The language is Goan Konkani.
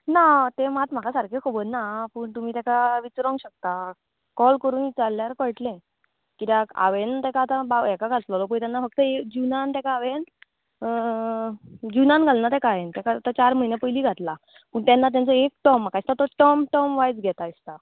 ना तें मात म्हाका सारकें खबरना पूण तुमी तेका विचारूंक शकता कॉल करून इचारल्यार कळट्लें कित्याक हांवेन तेका आतां बा हेका घेतलोलो पय तेन्ना फक्त एक जुनान तेका हांवेन जुनान घालना तेका हांयेन तेका आतां चार म्हयन्या पयलीं घातला पूण तेन्ना तेंचो एक टर्म म्हाका दिसता तो टर्म टर्म वायज घेता दिसता